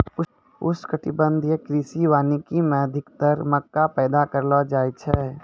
उष्णकटिबंधीय कृषि वानिकी मे अधिक्तर मक्का पैदा करलो जाय छै